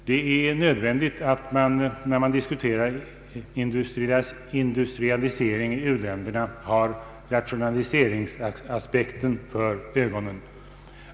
Det är nödvändigt att vi, när vi diskuterar industrialiseringen i u-länderna, har aspekten om rationaliseringsgrad för ögonen.